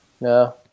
No